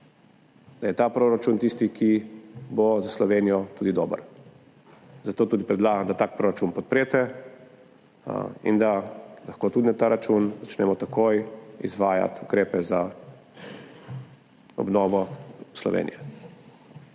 ta proračun tisti, ki bo za Slovenijo tudi dober, zato tudi predlagam, da tak proračun podprete in da lahko tudi na ta račun začnemo takoj izvajati ukrepe za obnovo Slovenije.